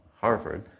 Harvard